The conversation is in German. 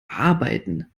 arbeiten